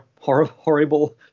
horrible